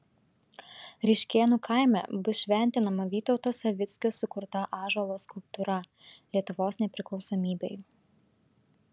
ryškėnų kaime bus šventinama vytauto savickio sukurta ąžuolo skulptūra lietuvos nepriklausomybei